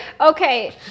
okay